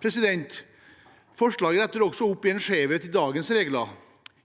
framover. Forslaget retter også opp i en skjevhet i dagens regler.